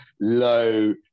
low